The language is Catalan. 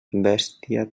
bèstia